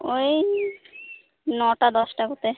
ᱚᱭ ᱱᱚᱴᱟ ᱫᱚᱥᱴᱟ ᱠᱚᱛᱮ